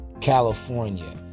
California